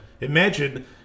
imagine